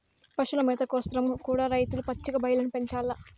పశుల మేత కోసరం కూడా రైతులు పచ్చిక బయల్లను పెంచాల్ల